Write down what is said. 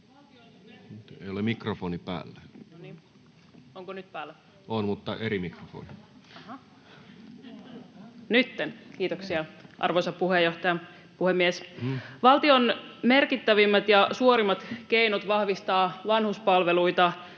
Valtion merkittävimmät ja suorimmat keinot vahvistaa vanhuspalveluita